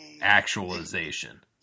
actualization